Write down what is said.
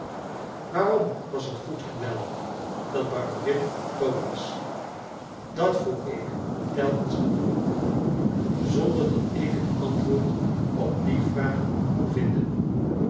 waarom was het goed en wel dat barberin dood was dat vroeg ik me telkens af zonder dat ik een antwoord op die vraag kon vinden